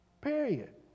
period